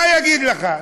מה יגיד לך?